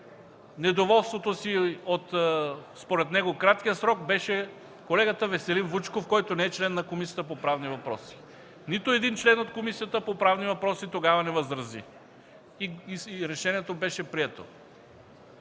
недоволството си, от, според него, краткия срок, беше колегата Веселин Вучков, който не е член на Комисията по правни въпроси. Нито един член от Комисията по правни въпроси тогава не възрази и решението беше прието.